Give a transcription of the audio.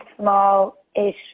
small-ish